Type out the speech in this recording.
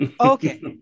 okay